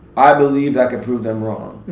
i believed i could prove them wrong.